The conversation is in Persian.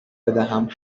بدم